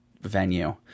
venue